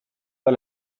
pas